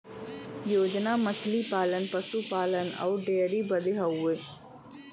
योजना मछली पालन, पसु पालन अउर डेयरीए बदे हउवे